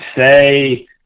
say